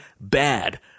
bad